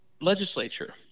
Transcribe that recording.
legislature